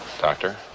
Doctor